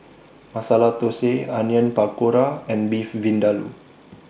Masala Dosa Onion Pakora and Beef Vindaloo